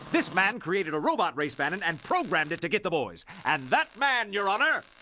this man created a robot race bannon and programmed it to get the boys. and that man, your honor,